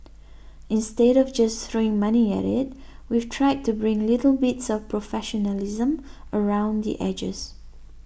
instead of just throwing money at it we've tried to bring little bits of professionalism around the edges